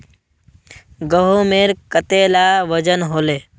गहोमेर कतेला वजन हले